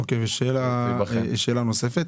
אוקיי, אז שאלה נוספת.